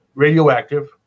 Radioactive